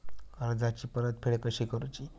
कर्जाची परतफेड कशी करूची?